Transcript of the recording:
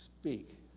speak